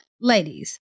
Ladies